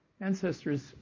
ancestors